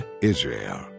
Israel